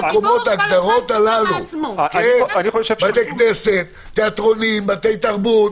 בתי כנסת, תיאטראות, בתי תרבות,